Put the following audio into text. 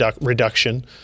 reduction